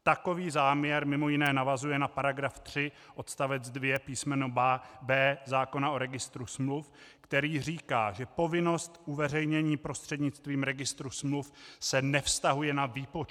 Takový záměr mimo jiné navazuje na § 3 odst. 2 písm. b) zákona o registru smluv, který říká, že povinnost uveřejnění prostřednictvím registru smluv se nevztahuje na výpočet.